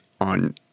on